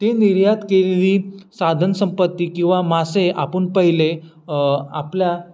ते निर्यात केलेली साधनसंपत्ती किंवा मासे आपण पहिले आपल्या